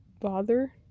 bother